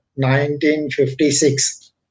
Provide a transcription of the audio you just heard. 1956